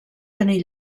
tenir